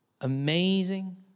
amazing